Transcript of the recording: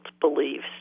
beliefs